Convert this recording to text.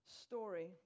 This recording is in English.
story